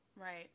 Right